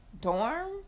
dorm